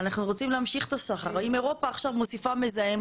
תבחר את הדין שיחול עליך,